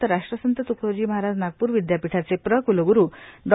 तर राष्ट्रसंत त्कडोजी महाराज नागपूर विदयापीठाचे प्र कुलग्रू डॉ